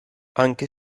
anche